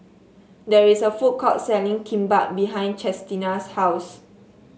there is a food court selling Kimbap behind Chestina's house